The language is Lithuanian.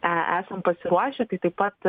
e esam pasiruošę tai taip pat